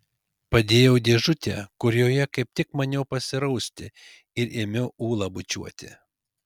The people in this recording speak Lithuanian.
padėjau dėžutę kurioje kaip tik maniau pasirausti ir ėmiau ulą bučiuoti